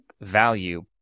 value